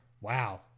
Wow